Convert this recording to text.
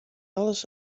alles